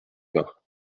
bains